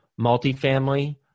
multifamily